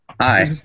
Hi